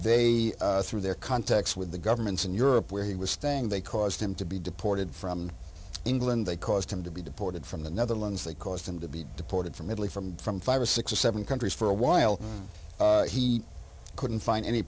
they through their contacts with the governments in europe where he was staying they caused him to be deported from england they caused him to be deported from the netherlands they caused him to be deported from italy from from five or six or seven countries for a while he couldn't find any